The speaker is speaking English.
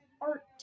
art